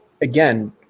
again